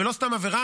ולא סתם עבירה,